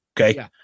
Okay